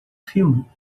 filme